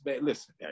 listen